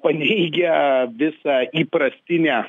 paneigia visą įprastinę